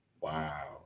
Wow